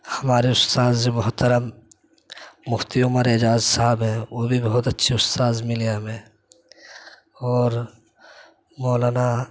ہمارے اُستادِ محترم مفتی عمر اعجاز صاحب ہیں وہ بھی اچھے استاد مِلے ہمیں اور مولانا